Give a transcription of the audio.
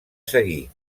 seguir